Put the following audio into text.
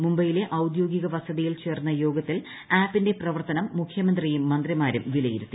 മുംബൈയിലെ ഔദ്യോഗിക വസതിയിൽ ചേർന്ന യോഗത്തിൽ ആപ്പിന്റെ പ്രവർത്തനം മുഖ്യമന്ത്രിയും മന്ത്രിമാരും വിലയിരുത്തി